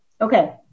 Okay